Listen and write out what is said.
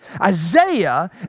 Isaiah